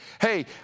hey